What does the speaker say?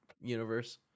universe